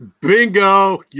Bingo